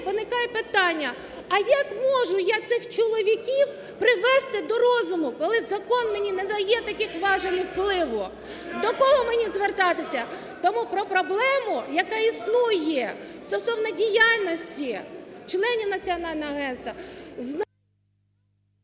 виникає питання: а як можу я цих чоловіків привести до розуму, коли закон мені не дає таких важелів впливу? До кого мені звертатися? Тому про проблему, яка існує стосовно діяльності членів національного агентства,